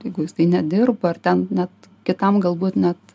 jeigu jisai nedirba ar ten net kitam galbūt net